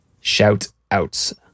Shout-outs